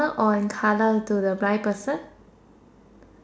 or an colour to the blind person